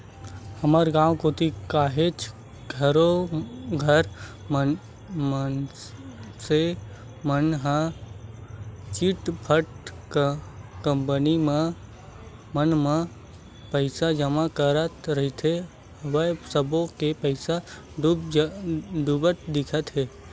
हमर गाँव कोती काहेच घरों घर मनसे मन ह चिटफंड कंपनी मन म पइसा जमा करत रिहिन हवय सब्बो के पइसा डूबत दिखत हे